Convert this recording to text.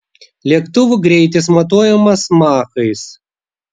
lėktuvų greitis matuojamas machais